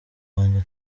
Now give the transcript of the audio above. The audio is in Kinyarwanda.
wanjye